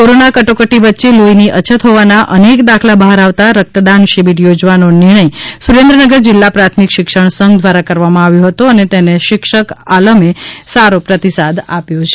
corona કટોકટી વચ્ચે લોહીની અછત હોવાના અનેક દાખલા બહાર આવતા રક્તદાન શિબિર યોજવાનો નિર્ણય સુરેન્દ્રનગર જિલ્લા પ્રાથમિક શિક્ષણ સંઘ દ્વારા કરવામાં આવ્યો હતો અને તેને શિક્ષક આલમે સારો પ્રતિસાદ આપ્યો છે